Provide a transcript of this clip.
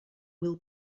will